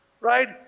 Right